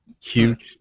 cute